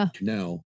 Now